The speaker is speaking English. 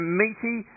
meaty